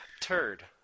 Turd